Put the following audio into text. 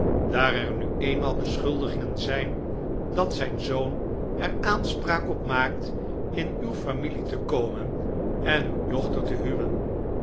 daar er nu eenmaal beschuldigingen zijn dan dat zijn zoon er aanspraak op maakt in uw familie te komen en uw dochter te huwen